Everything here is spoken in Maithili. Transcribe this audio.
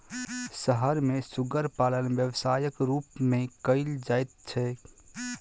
शहर मे सुग्गर पालन व्यवसायक रूप मे कयल जाइत छै